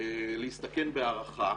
להסתכן בהערכה,